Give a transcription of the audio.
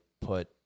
put